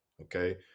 Okay